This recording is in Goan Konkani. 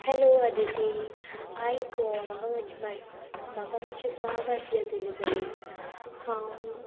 हॅलो आदीती आयक गो म्हाका म्हाका मात्शें काम आसलें तुजे कडेन हांव